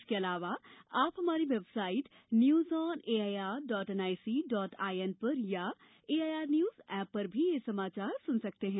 इसके अलावा आप हमारी website news on A I R dot N I C dot I N पर अथवा A I R news app पर भी समाचार सुन सकते हैं